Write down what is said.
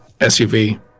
SUV